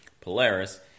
Polaris